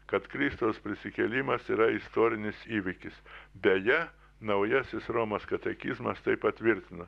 kad kristaus prisikėlimas yra istorinis įvykis beje naujasis romos katekizmas tai patvirtina